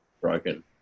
broken